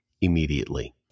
immediately